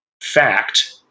fact